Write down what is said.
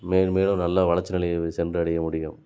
மேலும் மேலும் நல்ல வளர்ச்சி நிலையை சென்றடைய முடியும்